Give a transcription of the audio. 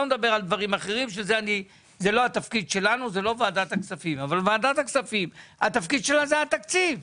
התפקיד של ועדת הכספים זה התקציב.